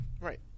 right